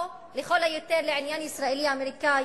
או לכל היותר לעניין ישראלי-אמריקני,